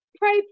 Pray